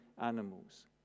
animals